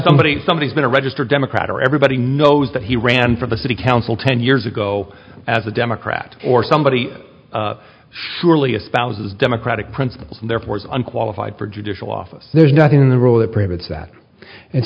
somebody somebodies been a registered democrat or everybody knows that he ran for the city council ten years ago as a democrat or somebody surely espouses democratic principles and therefore is unqualified for judicial office there's nothing in the rule that prevents that and